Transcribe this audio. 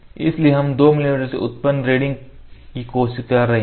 इसलिए हम 2 मिमी से उत्पन्न रीडिंग की कोशिश कर रहे हैं